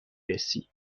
رسی